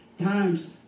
times